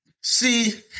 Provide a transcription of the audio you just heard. See